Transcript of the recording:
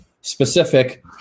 specific